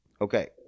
Okay